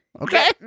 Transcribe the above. Okay